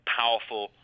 powerful